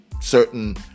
Certain